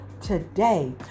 today